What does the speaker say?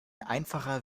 einfacher